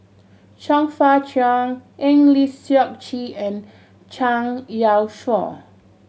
Chong Fah Cheong Eng Lee Seok Chee and Zhang Youshuo